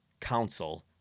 council